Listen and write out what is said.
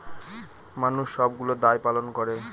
মানুষ সবগুলো দায় পালন করে